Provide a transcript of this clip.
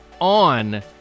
on